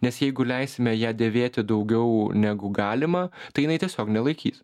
nes jeigu leisime ją dėvėti daugiau negu galima tai jinai tiesiog nelaikys